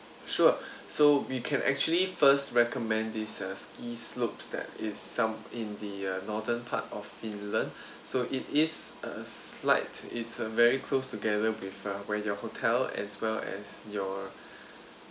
sure so we can actually first recommend this uh ski slopes that is some in the uh northern part of finland so it is a slight it's a very close together with uh where your hotel as well as your